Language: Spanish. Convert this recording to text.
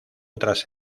otras